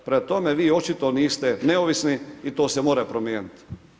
Prema tome, vi očito niste neovisni i to se mora promijeniti.